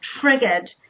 triggered